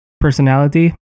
personality